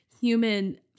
human